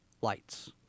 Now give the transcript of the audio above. lights